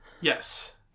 Yes